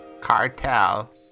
Cartel